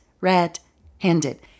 red-handed